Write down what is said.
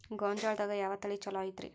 ಗೊಂಜಾಳದಾಗ ಯಾವ ತಳಿ ಛಲೋ ಐತ್ರಿ?